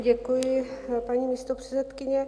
Děkuji, paní místopředsedkyně.